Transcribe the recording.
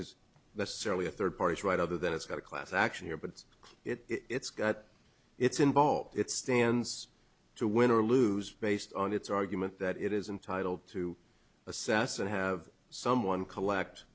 certainly a third parties right other than it's got a class action here but it's got its involved it stands to win or lose based on its argument that it is entitle to assess and have someone collect